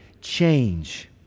change